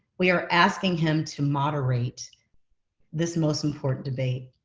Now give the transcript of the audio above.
we are asking him to moderate this most important debate.